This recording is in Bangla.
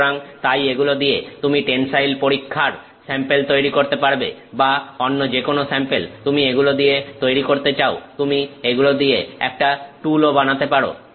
সুতরাং তাই এগুলো দিয়ে তুমি টেনসাইল পরীক্ষার স্যাম্পেল তৈরি করতে পারবে বা অন্য যেকোন স্যাম্পেল তুমি এগুলো দিয়ে তৈরি করতে চাও তুমি এগুলো দিয়ে একটা টুল ও বানাতে পারো